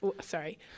Sorry